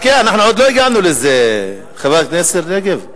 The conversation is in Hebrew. חכי, עוד לא הגענו לזה, חברת הכנסת רגב.